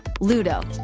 ludo.